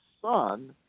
son